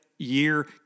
year